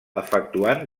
efectuant